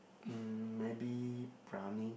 mm maybe briyani